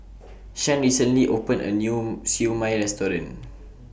Shan recently opened A New Siew Mai Restaurant